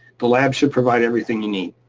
the lab should provide everything you need,